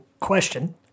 question